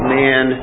man